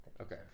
Okay